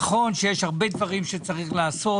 נכון שיש הרבה דברים שצריך לעשות,